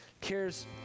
cares